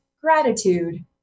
gratitude